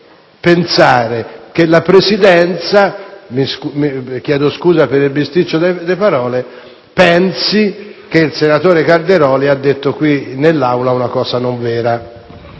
pensare che la Presidenza - chiedo scusa per il bisticcio delle parole - pensi che il senatore Calderoli ha detto in Aula una cosa non vera.